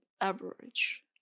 average